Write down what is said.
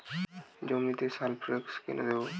জমিতে সালফেক্স কেন দেবো?